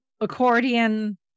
accordion